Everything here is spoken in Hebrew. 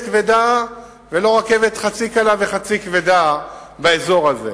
כבדה ולא רכבת חצי קלה וחצי כבדה באזור הזה,